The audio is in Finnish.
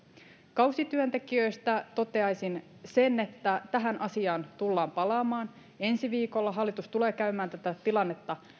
kausityöntekijöistä toteaisin sen että tähän asiaan tullaan palaamaan ensi viikolla hallitus tulee käymään tätä tilannetta